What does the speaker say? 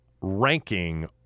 ranking